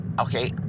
Okay